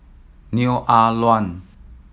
Neo Ah Luan